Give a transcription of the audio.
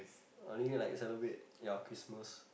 I only like celebrate ya Christmas